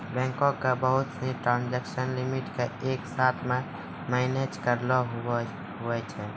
बैंको के बहुत से ट्रांजेक्सन लिमिट के एक साथ मे मैनेज करैलै हुवै छै